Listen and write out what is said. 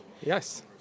Yes